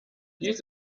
dies